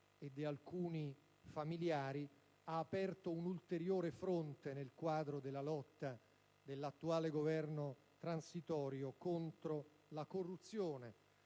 e di alcuni familiari ha aperto un ulteriore fronte nel quadro della lotta dell'attuale Governo transitorio contro la corruzione,